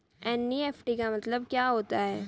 NEFT का मतलब क्या होता है?